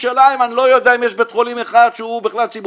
בירושלים אני לא יודע אם יש בית חולים אחד שהוא ציבורי.